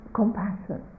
compassion